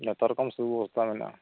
ᱡᱷᱚᱛᱚ ᱨᱚᱠᱚᱢ ᱥᱩ ᱵᱮᱵᱚᱥᱛᱷᱟ ᱢᱮᱱᱟᱜᱼᱟ